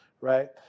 right